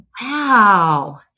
Wow